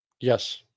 Yes